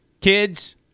kids